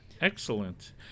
Excellent